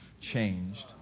changed